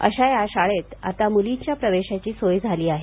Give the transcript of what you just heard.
अशा या शाळेत आता मूलींच्या प्रवेशाची सोय झाली आहे